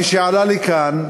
כשעלה לכאן,